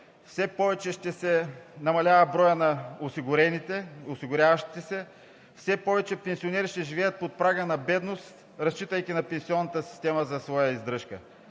все повече ще намалява броят на осигуряващите се, все повече пенсионери ще живеят под прага на бедност, разчитайки на пенсионната система за своята издръжка,